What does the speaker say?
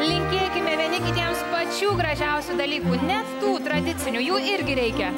linkėkime vieni kitiems pačių gražiausių dalykų net tų tradicinių jų irgi reikia